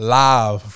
live